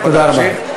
תודה רבה.